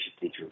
teacher